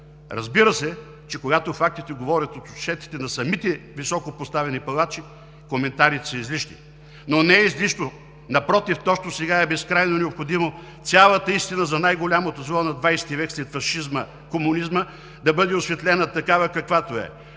Разбира се, че когато фактите говорят от отчетите на самите високопоставени палачи, коментарите са излишни. Но не е излишно, напротив, точно сега е безкрайно необходимо цялата истина за най голямото зло на двадесети век след фашизма – комунизмът, да бъде осветлена такава, каквато е